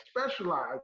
specialize